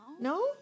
No